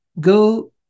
go